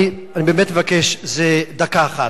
אני באמת מבקש דקה אחת.